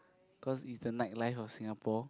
because it's the night life of Singapore